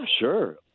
sure